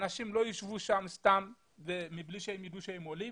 אנשים לא ישבו שם סתם בלי שהם ידעו שהם עולים